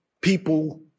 people